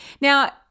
Now